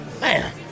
Man